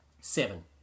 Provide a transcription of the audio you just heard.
Seven